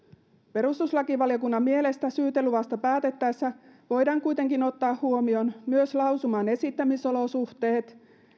perustuslakivaliokunnan mielestä syyteluvasta päätettäessä voidaan kuitenkin ottaa huomioon myös lausuman esittämisolosuhteet